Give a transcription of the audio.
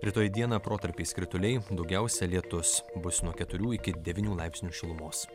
rytoj dieną protarpiais krituliai daugiausia lietus bus nuo keturių iki devynių laipsnių šilumos